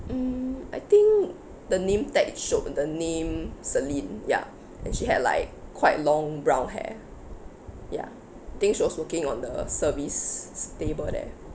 mm I think the name tag it shown the name celine ya and she had like quite long brown hair ya I think she was working on the service table there